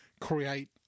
create